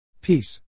Peace